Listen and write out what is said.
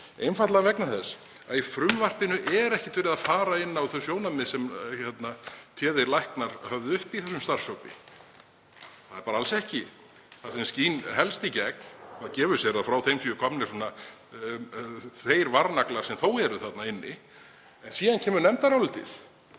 einfaldlega vegna þess að í frumvarpinu er ekki farið inn á þau sjónarmið sem téðir læknar höfðu uppi í þessum starfshópi. Það er bara alls ekki. Það sem skín helst í gegn og maður gefur sér er að frá þeim séu komnir þeir varnaglar sem þó eru þarna inni. Síðan kemur nefndarálitið,